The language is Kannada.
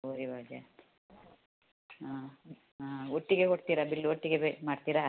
ಗೋಳಿ ಬಜೆ ಹಾಂ ಹಾಂ ಒಟ್ಟಿಗೆ ಕೊಡ್ತೀರಾ ಬಿಲ್ಲು ಒಟ್ಟಿಗೆ ಬೇಕು ಮಾಡ್ತೀರಾ